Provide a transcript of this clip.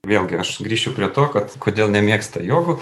vėlgi aš grįšiu prie to kad kodėl nemėgsta jogų